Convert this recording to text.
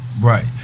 Right